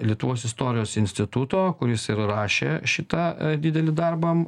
lietuvos istorijos instituto kuris ir rašė šitą didelį darbą